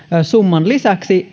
summan lisäksi